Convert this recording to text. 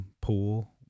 pool